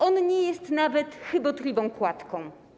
On nie jest nawet chybotliwą kładką.